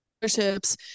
partnerships